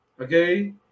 okay